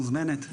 את מוזמנת.